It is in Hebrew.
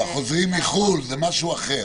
בחוזרים מחו"ל זה משהו אחר.